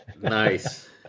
Nice